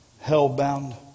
hell-bound